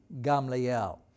Gamliel